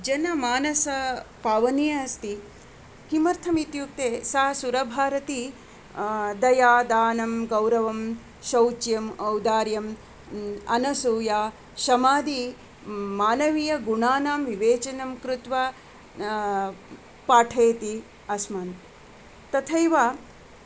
जनमानसपावनी अस्ति किमर्थम् इत्युक्ते सा सुरभारती दया दानं गौरवं शौच्यम् औदार्यम् अनसूया शमादि मानवीयगुणानां विवेचनं कृत्वा पाठयति अस्मान् तथैव